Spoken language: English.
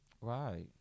Right